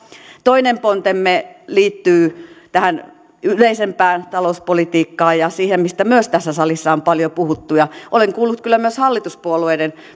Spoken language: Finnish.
toinen pontemme liittyy tähän yleisempään talouspolitiikkaan ja siihen mistä myös tässä salissa on paljon puhuttu ja olen kuullut kyllä myös hallituspuolueiden